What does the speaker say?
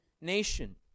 nation